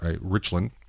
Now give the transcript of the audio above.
Richland